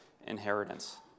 inheritance